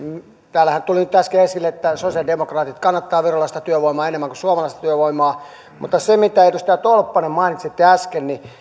täällähän tuli nyt äsken esille että sosialidemokraatit kannattavat virolaista työvoimaa enemmän kuin suomalaista työvoimaa ja siihen mitä edustaja tolppanen mainitsitte äsken niin